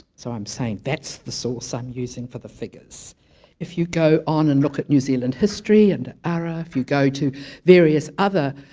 so i'm saying that's the source i'm using for the figures if you go on and look at new zealand history and te ara if you go to various other,